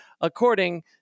according